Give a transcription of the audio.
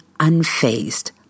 unfazed